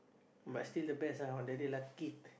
but still the best ah on that day lucky